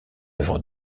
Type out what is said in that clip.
œuvre